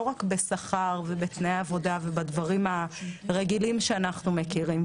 רק בשכר ובתנאי עבודה ובדברים הרגילים שאנחנו מכירים.